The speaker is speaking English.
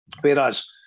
Whereas